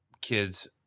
kids